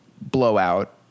Blowout